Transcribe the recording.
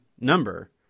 number